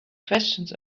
questions